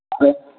അതേ